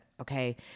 okay